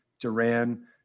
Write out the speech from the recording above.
Duran